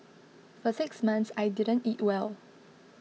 for six months I didn't eat well